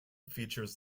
features